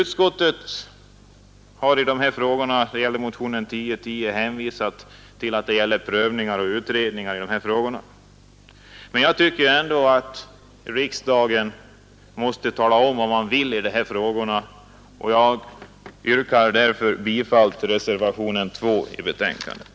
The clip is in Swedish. Beträffande de frågor som tagits upp i motionen 1010 har utskottet hänvisat till prövningar och utredningar som pågår beträffande dessa frågor. Jag tycker ändå att riksdagen måste uttala sin mening beträffande dessa frågor och yrkar därför bifall till reservationen 2 i betänkandet.